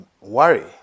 worry